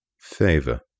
favor